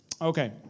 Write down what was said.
Okay